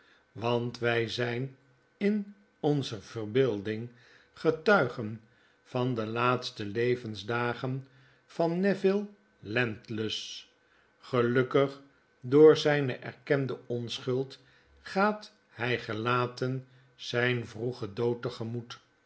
want wij zyn in onze verbeelding getuigen van de laatste levensdagen van neville landless gelukkig door zijne erkende onschuld gaat hg gelaten zijn vroeen dood